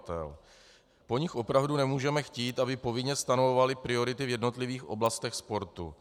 Po nich opravdu nemůžeme chtít, aby povinně stanovovaly priority v jednotlivých oblastech sportu.